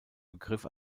begriff